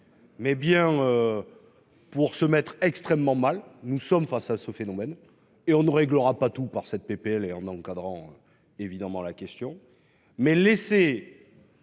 Mais bien. Pour se mettre extrêmement mal. Nous sommes face à ce phénomène et on ne réglera pas tous par cette PPL et en encadrant évidemment la question mais laissez.